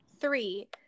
three